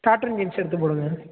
cotton jeans எடுத்து போடுங்கள்